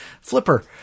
Flipper